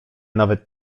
nawet